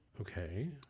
Okay